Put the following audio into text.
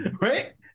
Right